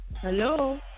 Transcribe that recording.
Hello